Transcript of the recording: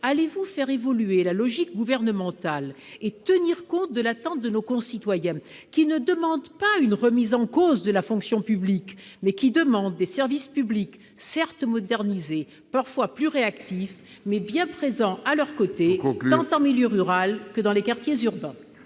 allez-vous faire évoluer la logique gouvernementale et tenir compte de l'attente de nos concitoyens, qui ne demandent pas une remise en cause de la fonction publique, mais des services publics, certes modernisés, parfois plus réactifs, bien présents à leurs côtés tant en milieu rural que dans les quartiers urbains ?